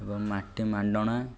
ଏବଂ ମାଟି ମାଣ୍ଡଣା